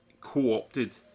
co-opted